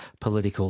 political